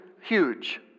huge